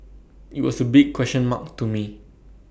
IT was A big question mark to me